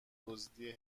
دزدی